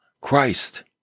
Christ